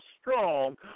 strong